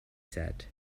said